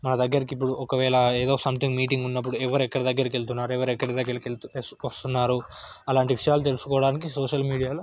నా దగ్గరికి ఇప్పుడు ఒకవేళ ఏదో సంథింగ్ మీటింగ్ ఉన్నప్పుడు ఎవరు ఎక్కడ దగ్గరకెళ్తున్నారు ఎవరు ఎక్కడి దగ్గరికి వస్ వస్తున్నారు అలాంటి విషయాలు తెలుసుకోవడానికి సోషల్ మీడియాలో